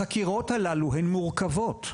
החקירות הללו הן מורכבות.